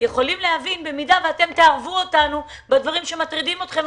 יכולים להבין אם אתם תערבו אותנו בדברים שמטרידים אתכם.